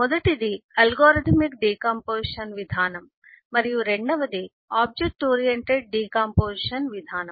మొదటిది algorithmic decomposition విధానం మరియు రెండవది ఆబ్జెక్ట్ ఓరియెంటెడ్ డికాంపొజిషన్ విధానం